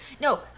No